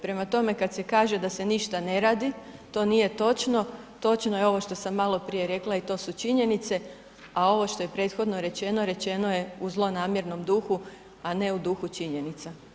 Prema tome, kad se kaže da se ništa ne radi, to nije točno, točno je ovo što sam maloprije rekla i to su činjenice, a ovo što je prethodno rečeno, rečeno je u zlonamjernom duhu, a ne u duhu činjenica.